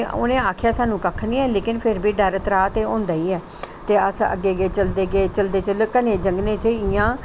केह् उनें आखेआ स्हानू कक्ख नेईं ऐ लेकिन फिर बी डर त्राह् ते होंदा ही ऐ ते अस अग्गे अग्गे चलदे गे चलदे जिसले घने जंगले च इयां